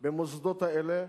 למוסדות האלה,